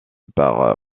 par